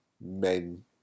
men